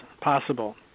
possible